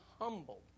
humble